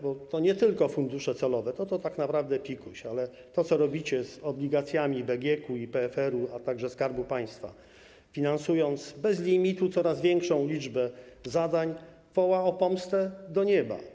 Bo to nie tylko fundusze celowe, to tak naprawdę pikuś, ale to, co robicie z obligacjami BGK-u i PFR-u, a także Skarbu Państwa, finansując bez limitu coraz większą liczbę zadań, woła o pomstę do nieba.